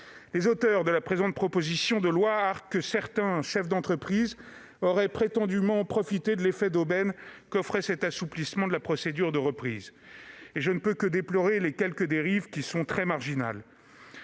Les auteurs de la proposition de loi arguent que certains chefs d'entreprise auraient profité de l'effet d'aubaine qu'offrait cet assouplissement de la procédure de reprise. Je ne peux que déplorer les quelques dérives qui sont très marginales.